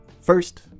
First